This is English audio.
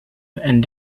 and